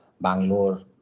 Bangalore